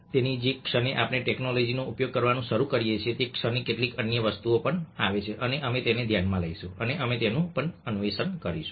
તેથી જે ક્ષણે આપણે ટેક્નોલોજીનો ઉપયોગ કરવાનું શરૂ કરીએ છીએ તે ક્ષણે કેટલીક અન્ય વસ્તુઓ પણ આવે છે અને અમે તેને ધ્યાનમાં લઈશું અને અમે તેનું પણ અન્વેષણ કરીશું